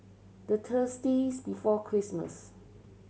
the before Christmas